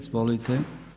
Izvolite.